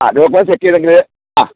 ആ documents check ചെയ്തെങ്കില് ആ